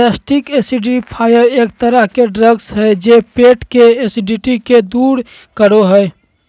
gastric acidifiers एक तरह के ड्रग हय जे पेट के एसिडिटी के दूर करो हय